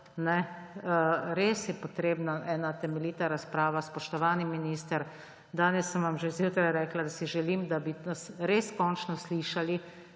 res je potrebna ena temeljita razprava. Spoštovani minister, danes sem vam že zjutraj rekla, da si želim, da bi res končno slišali